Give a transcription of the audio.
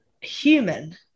Human